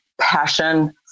passion